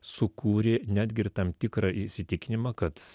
sukūrė netgi ir tam tikrą įsitikinimą kad